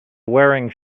wearing